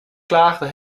klaagden